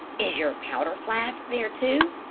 is your powder-flask there, too?